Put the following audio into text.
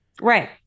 Right